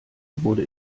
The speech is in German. wurde